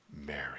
Mary